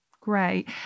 great